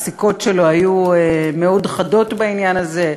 הפסיקות שלו היו מאוד חדות בעניין הזה,